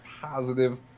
positive